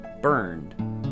burned